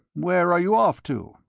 where are you off to?